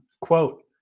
quote